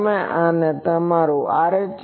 તો તમે આને તમારું R